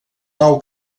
nou